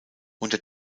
unter